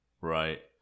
Right